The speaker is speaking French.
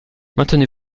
maintenez